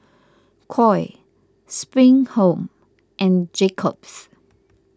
Koi Spring Home and Jacob's